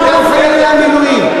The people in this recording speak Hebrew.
למען חיילי המילואים.